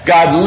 God